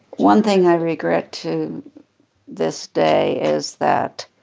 one thing i regret to this day is that,